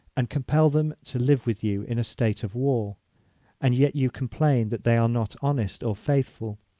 and compel them to live with you in a state of war and yet you complain that they are not honest or faithful!